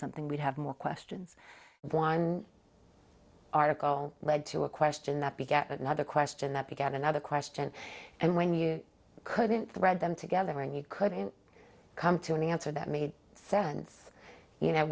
something we'd have more questions one article led to a question that be get another question that got another question and when you couldn't read them together and you couldn't come to an answer that made sense you know